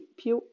più